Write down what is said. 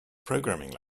programming